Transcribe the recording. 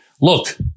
look